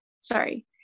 sorry